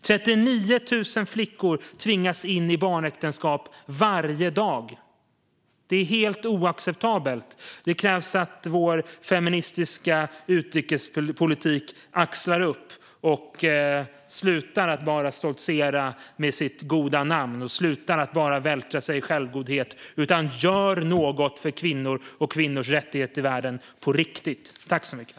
39 000 flickor tvingas in i barnäktenskap varje dag. Det är helt oacceptabelt. Det krävs att vår feministiska utrikespolitik accelererar och slutar att bara stoltsera med sitt goda namn och att vältra sig i självgodhet. Vi måste göra något för kvinnor och kvinnors rättigheter i världen på riktigt.